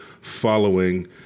following